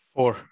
Four